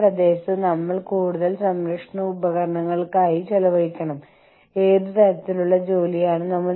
ഒരു ഗ്ലാസ് മാർബിളിന്റെ സഹായത്തോടെ അടച്ചുവച്ച നിറച്ച കുപ്പികൾ